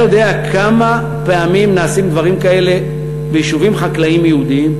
אתה יודע כמה פעמים נעשים דברים כאלה ביישובים חקלאיים יהודיים?